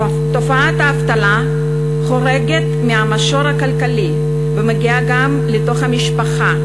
תופעת האבטלה חורגת מהמישור הכלכלי ומגיעה גם לתוך המשפחה,